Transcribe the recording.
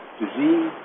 disease